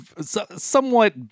somewhat